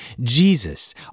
Jesus